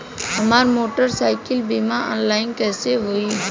हमार मोटर साईकीलके बीमा ऑनलाइन कैसे होई?